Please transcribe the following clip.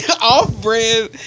Off-brand